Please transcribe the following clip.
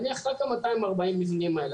נניח רק ה-240 מבנים אלה.